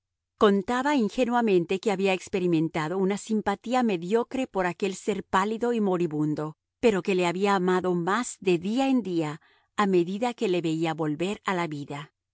contaba ingenuamente que había experimentado una simpatía mediocre por aquel ser pálido y moribundo pero que le había amado más de día en día a medida que le veía volver a la vida